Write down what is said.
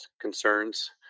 concerns